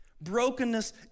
Brokenness